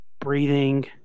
breathing